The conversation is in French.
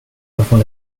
avant